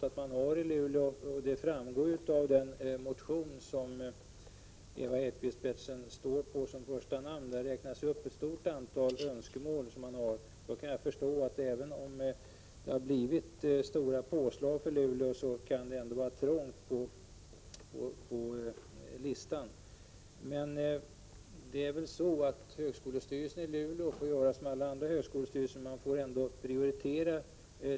Det har också framgått av den motion där Ewa Hedkvist Petersen står som första namn. Där räknas upp ett stort antal önskemål. Jag kan förstå att det även'om Luleå har fått stora påslag kan bli trångt på listan så att säga. Högskolestyrelsen i Luleå får göra som alla andra högskolestyrelser — man får prioritera.